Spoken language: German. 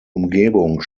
umgebung